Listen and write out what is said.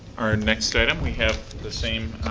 our next item we have the same